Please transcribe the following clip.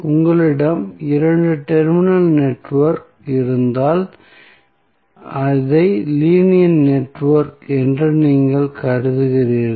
உங்களிடம் 2 terminal network இருந்தால் இதை லீனியர் நெட்வொர்க் என்று நீங்கள் கருதுகிறீர்கள்